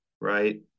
right